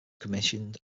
commissioned